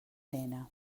nena